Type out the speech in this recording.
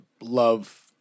love